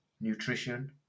nutrition